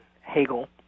Hegel